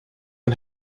and